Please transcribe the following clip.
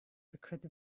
because